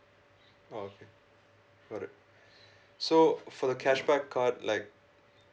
oh okay got it so for the cashback card like